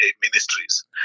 ministries